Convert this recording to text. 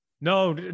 No